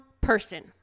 person